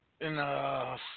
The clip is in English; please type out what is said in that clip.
Enough